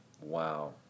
wow